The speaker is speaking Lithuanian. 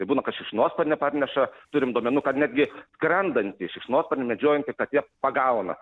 būna kad šikšnosparnį parneša turim duomenų kad netgi skrendantį šikšnosparnį medžiojanti katė pagauna